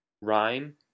rhyme